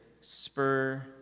spur